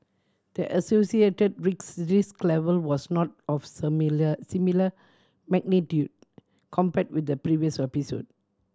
the associated risk level was not of similar magnitude compared with the previous episode